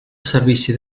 servici